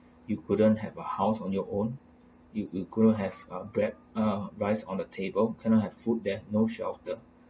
you couldn't have a house on your own you you couldn't have a bread uh rice on the table cannot have food there's no shelter